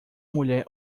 mulher